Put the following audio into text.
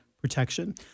Protection